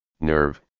nerve